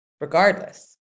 regardless